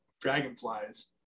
dragonflies